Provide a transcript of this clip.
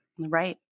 Right